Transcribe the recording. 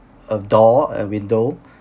a door a window